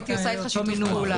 הייתי עושה אתך שיתוף פעולה.